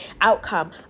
outcome